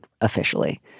officially